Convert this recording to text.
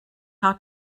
how